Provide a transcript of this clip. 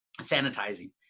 sanitizing